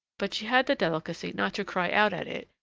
but she had the delicacy not to cry out at it,